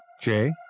Jay